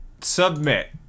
Submit